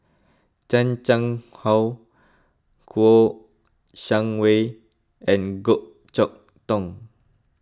Chan Chang How Kouo Shang Wei and Goh Chok Tong